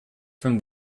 from